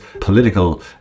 political